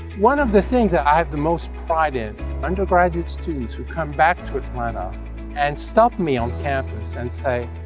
one of the things that i have the most pride in undergraduate students would come back to atlanta and stop me on campus and say,